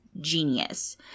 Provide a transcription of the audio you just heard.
genius